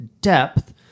depth